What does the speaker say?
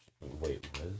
wait